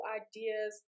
ideas